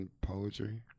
Poetry